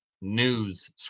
news